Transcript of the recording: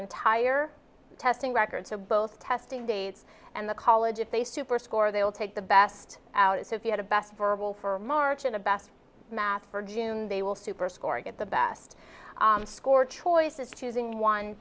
entire testing record so both testing dates and the college if they super score they will take the best out if you had a best verbal for march and a best math for june they will super score get the best score choice is choosing one